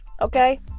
Okay